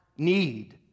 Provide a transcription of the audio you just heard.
need